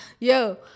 yo